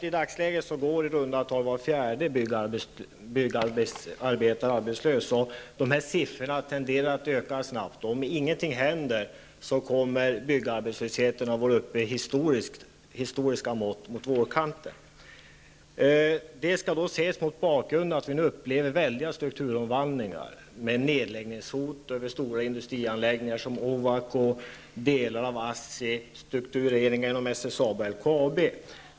I dagsläget går i runda tal var fjärde byggnadsarbetare arbetslös, och arbetslöshetstalen tenderar att stiga snabbt. Om ingenting händer kommer byggarbetslösheten att vara uppe i historiska mått fram på vårkanten. Detta skall ses mot bakgrund av att vi nu upplever väldiga strukturomvandlingar, med nedläggningshot över stora industrianläggningar som Ovako och delar av ASSI samt strukturering inom SSAB--LKAB.